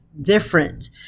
different